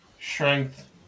strength